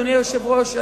אדוני היושב-ראש,